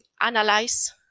analyze